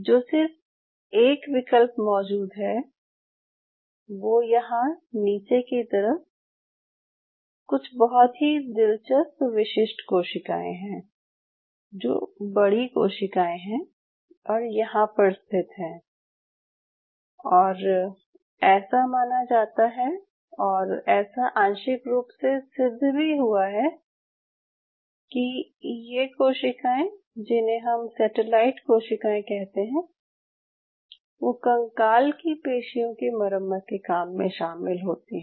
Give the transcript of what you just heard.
जो सिर्फ एक विकल्प मौजूद है वो यहाँ नीचे की तरफ कुछ बहुत ही दिलचस्प विशिष्ट कोशिकाएं हैं जो बड़ी कोशिकाएं हैं और यहाँ पर स्थित हैं और ऐसा माना जाता है और ऐसा आंशिक रूप से सिद्ध भी हुआ है ये कोशिकाएं जिन्हें हम सेटेलाइट कोशिकाएं कहते हैं वो कंकाल की पेशियों की मरम्मत के काम में शामिल होती हैं